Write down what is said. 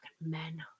men